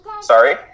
Sorry